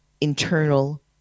internal